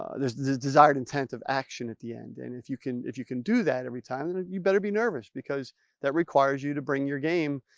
there's this desired intent of action at the end and if you can, if you can do that every time, then you better be nervous, because that requires you to bring your game